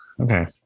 Okay